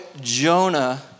Jonah